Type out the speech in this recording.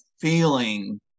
feeling